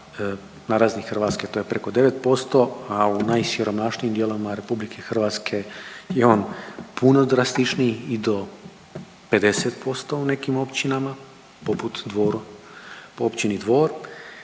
na razini Hrvatske to je preko 9%, a u najsiromašnijim dijelovima RH je on puno drastičniji i do 50% u nekim općinama poput Dvoru, Općini Dvor